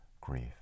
grief